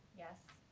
yes.